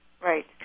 Right